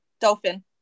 Dolphin